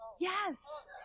Yes